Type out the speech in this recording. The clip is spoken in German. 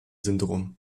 syndrom